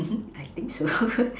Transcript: I think so